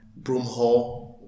Broomhall